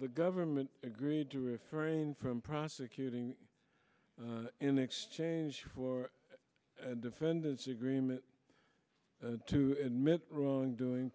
the government agreed to refrain from prosecuting in exchange for defendants agreement to admit wrongdoing